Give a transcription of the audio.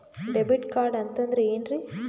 Debit card ಅಂತಂದ್ರೆ ಏನ್ರೀ?